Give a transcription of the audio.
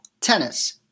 tennis